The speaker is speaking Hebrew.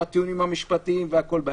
עם הטיעונים המשפטיים וכולי.